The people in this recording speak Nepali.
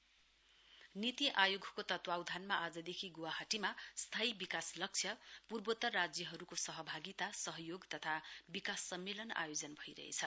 नीति आयोग मिटिङ नीति आयोगको तत्वाव धानमा आजदेखि ग्वाहाटीमा तीन स्थायी विकास लक्ष्य पूर्वोत्तर राज्यहरूको सहभागिता सहयोग तथा विकास सम्मेलन आयोजन भइरहेछ